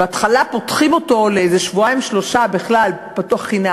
בהתחלה פותחים אותו לאיזה שבועיים-שלושה חינם,